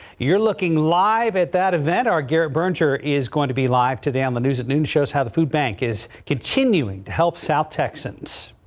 you're looking live at that event our garrett brnger is going to be live today on the news at noon shows how the food bank is continuing to help south shows